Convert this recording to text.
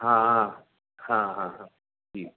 हाँ हाँ हाँ हाँ हाँ जी